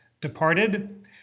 Departed